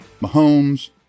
Mahomes